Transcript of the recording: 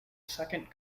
second